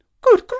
Good